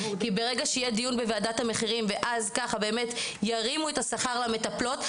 כי ברגע שיהיה דיון בוועדת המחירים וירימו את השכר למטפלות,